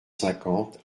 cinquante